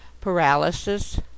paralysis